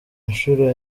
nshuro